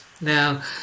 Now